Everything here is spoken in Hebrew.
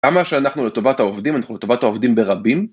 כמה שאנחנו לטובת העובדים, אנחנו לטובת העובדים ברבים